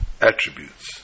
attributes